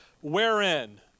Wherein